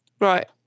Right